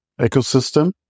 ecosystem